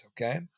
okay